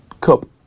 Cup